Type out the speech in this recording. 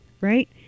right